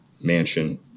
mansion